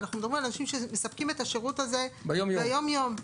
ואנחנו מדברים על אנשים שמספקים את השירות הזה ביום יום.